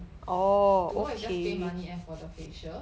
tomorrow is just pay money and for the facial